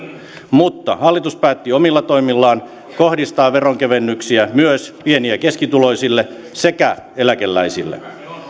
mutta hallitus päätti omilla toimillaan kohdistaa veronkevennyksiä myös pieni ja keskituloisille sekä eläkeläisille